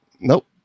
Nope